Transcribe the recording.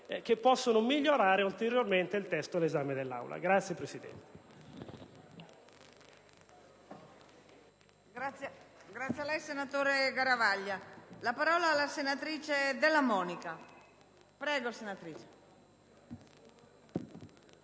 noi possono migliorare ulteriormente il testo all'esame dell'Aula.